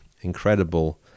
incredible